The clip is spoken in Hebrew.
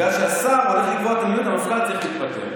בגלל שהשר הולך לקבוע את המדיניות אז המפכ"ל צריך להתפטר.